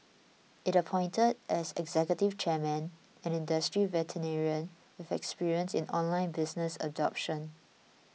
it appointed as executive chairman an industry veteran with experience in online business adoption